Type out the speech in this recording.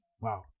Wow